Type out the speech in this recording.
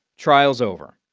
trial's over.